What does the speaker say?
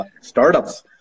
startups